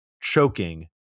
choking